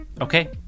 Okay